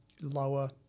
lower